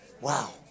Wow